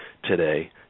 Today